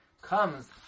Comes